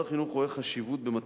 אזכור הגילאים מופיע בחוזר מנכ"ל,